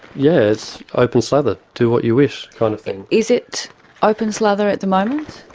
yeah, it's open slather, do what you wish kind of thing. is it open slather at the moment?